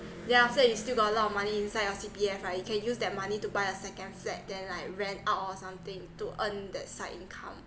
yeah after that you still got a lot of money inside your C_P_F right you can use that money to buy a second flat then like rent out or something to earn that side income